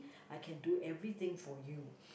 I can do everything for you